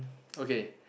okay